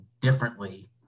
differently